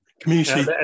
community